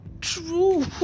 true